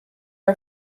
are